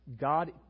God